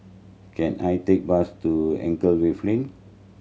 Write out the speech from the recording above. can I take bus to Anchorvale Lane